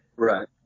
Right